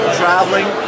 traveling